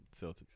Celtics